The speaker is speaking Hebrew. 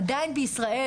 עדיין בישראל,